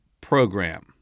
program